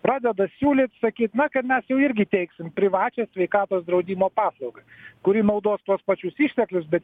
pradeda siūlyt sakyt na kad mes jau irgi teiksim privačią sveikatos draudimo paslaugą kuri naudos tuos pačius išteklius bet